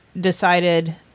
decided